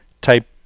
type